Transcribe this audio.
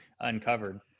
uncovered